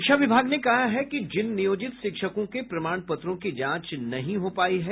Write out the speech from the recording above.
शिक्षा विभाग ने कहा है कि जिन नियोजित शिक्षकों के प्रमाण पत्रों की जांच नहीं हो पायी है